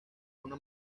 una